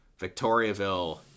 Victoriaville